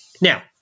Now